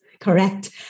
correct